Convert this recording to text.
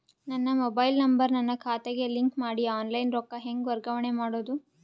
ನನ್ನ mobile number ನನ್ನ ಖಾತೆಗೆ ಲಿಂಕ್ ಮಾಡಿ ಆನ್ಲೈನ್ ರೊಕ್ಕ ಹೆಂಗ ವರ್ಗಾವಣೆ ಮಾಡೋದು?